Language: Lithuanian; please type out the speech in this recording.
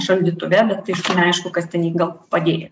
šaldytuve bet tai neaišku kas ten jį gal padėjo